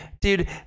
Dude